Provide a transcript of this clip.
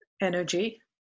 energy